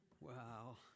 Wow